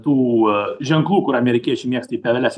tų ženklų kur amerikiečiai mėgsta į pieveles